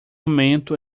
momento